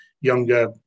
younger